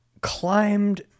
climbed